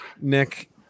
Nick